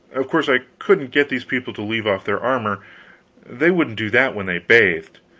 of course, i couldn't get these people to leave off their armor they wouldn't do that when they bathed.